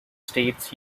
states